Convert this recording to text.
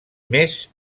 més